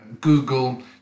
Google